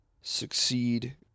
succeed